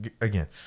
Again